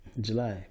July